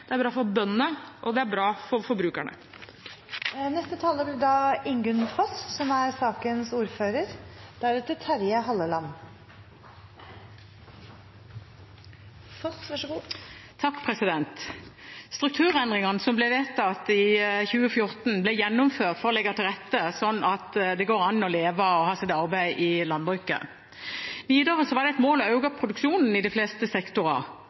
Det er bra for landbruket, det er bra for bøndene, og det er bra for forbrukerne. Strukturendringene som ble vedtatt i 2014, ble gjennomført for å legge til rette slik at det går an å leve av å ha sitt arbeid i landbruket. Videre var det et mål å øke produksjonen i de fleste sektorer.